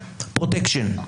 פרוטקשן.